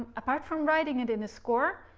apart from writing it in a score,